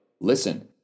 listen